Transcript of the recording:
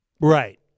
Right